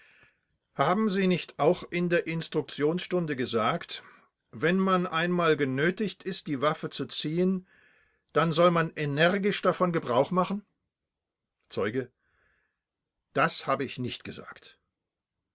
haben sie nicht auch in der instruktionsstunde gesagt wenn man einmal genötigt ist die waffe zu ziehen dann soll man energisch davon gebrauch machen zeuge das habe ich nicht gesagt